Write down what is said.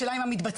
השאלה מה מתבצע,